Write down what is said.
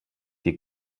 die